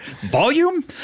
volume